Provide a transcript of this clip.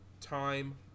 time